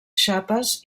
xapes